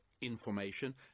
information